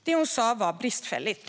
Det hon sa var bristfälligt.